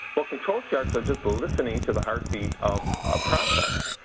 well control charts are just listening to the heartbeat of a process,